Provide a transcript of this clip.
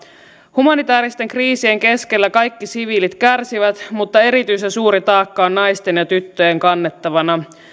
humanitääristen kriisien keskellä kaikki siviilit kärsivät mutta erityisen suuri taakka on naisten ja tyttöjen kannettavana